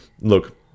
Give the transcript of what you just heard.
look